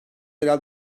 yerel